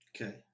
Okay